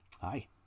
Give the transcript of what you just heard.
Hi